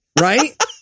Right